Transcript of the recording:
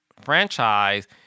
franchise